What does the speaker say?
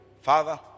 father